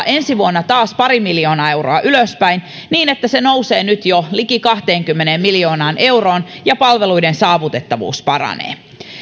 ensi vuonna taas pari miljoonaa euroa ylöspäin niin että se nousee nyt jo liki kahteenkymmeneen miljoonaan euroon ja palveluiden saavutettavuus paranee